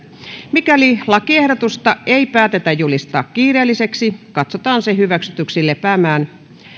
mikäli lakiehdotusta ei päätetä julistaa kiireelliseksi katsotaan se hyväksytyksi lepäämään